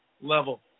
level